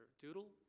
doodle